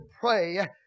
pray